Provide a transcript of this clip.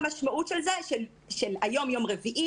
המשמעות של זה היא שהיום יום רביעי,